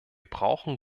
brauchen